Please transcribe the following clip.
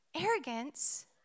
arrogance